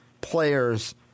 players